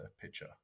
picture